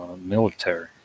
military